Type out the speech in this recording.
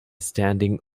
standing